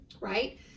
right